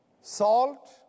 Salt